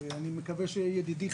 אני מקווה שידידי,